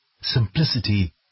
Simplicity